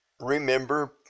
remember